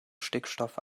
stickstoff